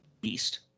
beast